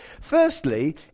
Firstly